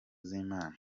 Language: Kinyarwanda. z’imana